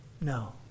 No